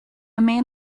man